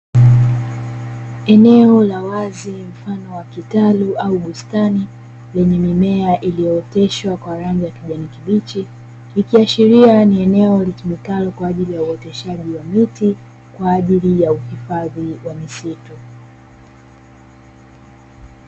Eneo la wazi mfano wa kitalu au bustani, lenye mimea iliyooteshwa kwa rangi ya kijani kibichi, ikiashiria ni eneo litumikalo kwa ajili ya uoteshaji wa miti, kwa ajili ya uhifadhi wa misitu.